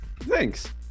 Thanks